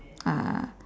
uh